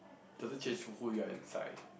doesn't change who you are inside